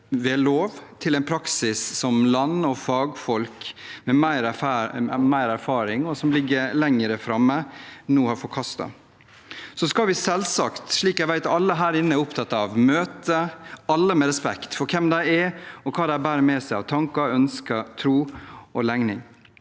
ved lov til en praksis som land og fagfolk med mer erfaring, og som ligger lenger framme, nå har forkastet. Vi skal selvsagt, slik jeg vet alle her inne er opptatt av, møte alle med respekt for den de er, og hva de bærer med seg av tanker, ønsker, tro og legning.